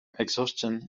exhaustion